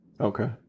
Okay